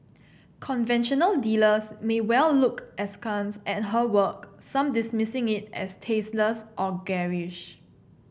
conventional dealers may well look askance at her work some dismissing it as tasteless or garish